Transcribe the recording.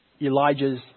Elijah's